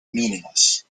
meaningless